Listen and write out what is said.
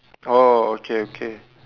oh okay okay